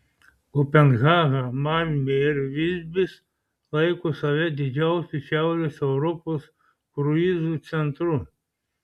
kopenhaga malmė ir visbis laiko save didžiausiu šiaurės europos kruizų centru